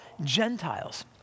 Gentiles